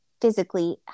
physically